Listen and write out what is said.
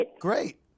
Great